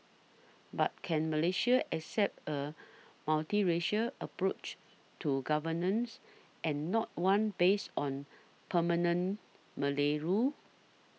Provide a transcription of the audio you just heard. but can Malaysia accept a multiracial approach to governance and not one based on permanent Malay rule